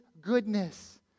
goodness